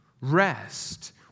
rest